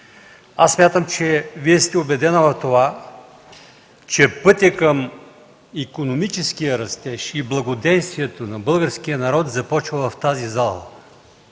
Смятам, че Вие сте убедена в това, че пътят към икономическия растеж и благоденствието на българския народ започва в тази зала.